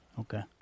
Okay